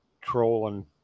trolling